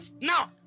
now